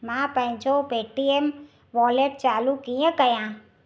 मां पंहिंजो Paytm wallet चालू कीअं कयां